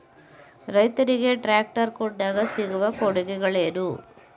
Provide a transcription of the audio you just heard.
ರೈತರಿಗೆ ಟ್ರಾಕ್ಟರ್ ಕೊಂಡಾಗ ಸಿಗುವ ಕೊಡುಗೆಗಳೇನು?